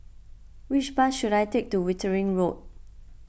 which bus should I take to Wittering Road